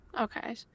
Okay